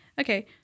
Okay